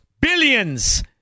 billions